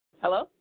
Hello